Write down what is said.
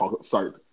start